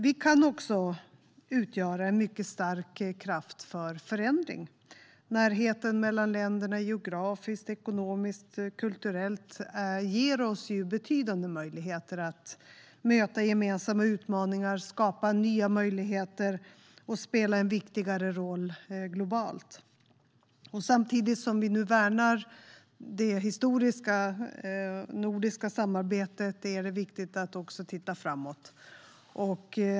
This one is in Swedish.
Vi kan också utgöra en mycket stark kraft för förändring. Närheten mellan länderna geografiskt, ekonomiskt och kulturellt ger oss betydande möjligheter att möta gemensamma utmaningar, skapa nya möjligheter och spela en viktigare roll globalt. Samtidigt som vi nu värnar det historiska nordiska samarbetet är det viktigt att också titta framåt.